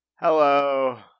Hello